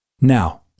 Now